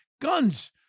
Guns